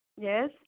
yes